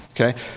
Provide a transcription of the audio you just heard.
okay